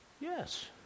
yes